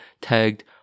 tagged